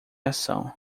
ação